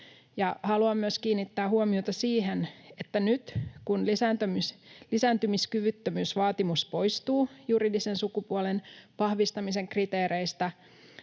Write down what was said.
Haluan myös kiinnittää huomiota siihen, että nyt kun lisääntymiskyvyttömyysvaatimus poistuu juridisen sukupuolen vahvistamisen kriteereistä,